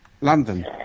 London